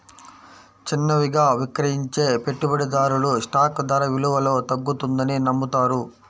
చిన్నవిగా విక్రయించే పెట్టుబడిదారులు స్టాక్ ధర విలువలో తగ్గుతుందని నమ్ముతారు